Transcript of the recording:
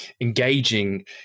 engaging